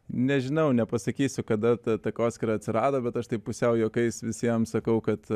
nežinau nepasakysiu kada ta takoskyra atsirado bet aš taip pusiau juokais visiems sakau kad